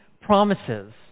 promises